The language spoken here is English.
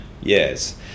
Yes